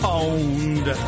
owned